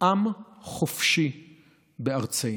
עם חופשי בארצנו.